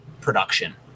production